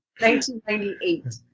1998